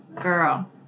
Girl